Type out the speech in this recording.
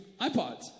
iPods